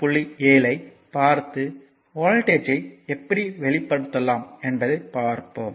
7 ஐ பார்த்து வோல்ட்டேஜ்யை எப்படி வெளிப்படுத்தலாம் என்பதை பார்ப்போம்